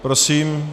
Prosím.